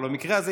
אבל במקרה הזה,